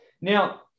Now